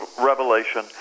Revelation